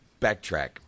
Backtrack